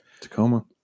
Tacoma